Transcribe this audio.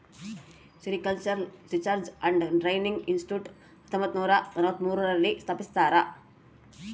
sericultural research and training institute ಹತ್ತೊಂಬತ್ತುನೂರ ನಲವತ್ಮೂರು ರಲ್ಲಿ ಸ್ಥಾಪಿಸ್ಯಾರ